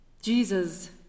Jesus